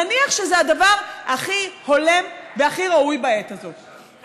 נניח שזה הדבר הכי הולם והכי ראוי בעת הזאת,